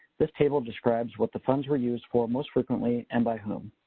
this table describes what the funds were used for most frequently and by whom.